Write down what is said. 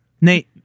Nate